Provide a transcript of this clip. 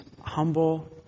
humble